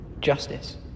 Justice